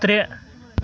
ترٛےٚ